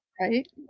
Right